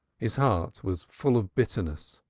his heart was full of bitterness,